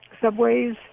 subways